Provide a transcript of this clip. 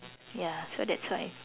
ya so that's why